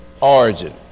origin